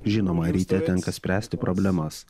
žinoma ryte tenka spręsti problemas